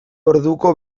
orduko